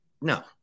no